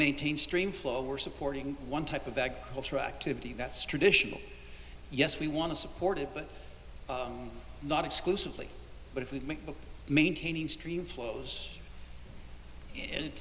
maintain stream flow we're supporting one type of that cultural activity that's traditional yes we want to support it but not exclusively but if we make maintaining stream flows